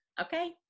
Okay